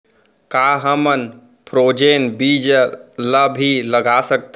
का हमन फ्रोजेन बीज ला भी लगा सकथन?